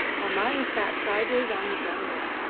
almayer sat sideways on the gunwale,